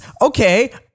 Okay